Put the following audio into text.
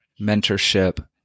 mentorship